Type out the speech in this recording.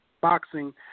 boxing